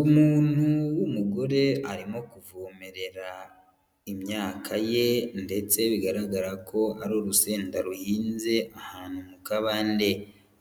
Umuntu w'umugore arimo kuvomerera imyaka ye ndetse bigaragara ko ari urusenda ruhinze ahantu mu kabande.